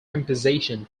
composition